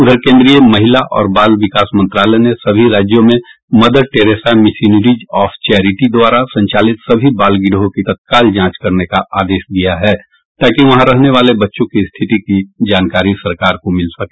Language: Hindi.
उधर केंद्रीय महिला और बाल विकास मंत्रालय ने सभी राज्यों में Mother Teresa Missionaries of Charity द्वारा संचालित सभी बाल गृहों की तत्काल जांच करने का आदेश दिया है ताकि वहां रहले वाले बच्चों की स्थिति की जानकारी सरकार को मिल सके